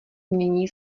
mění